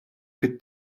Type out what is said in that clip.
fit